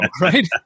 right